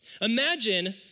Imagine